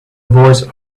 voice